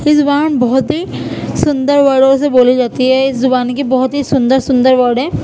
یہ زبان بہت ہی سندر ورڈوں سے بولی جاتی ہے اس زبان کے بہت ہی سندر سندر ورڈ ہیں